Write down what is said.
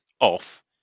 off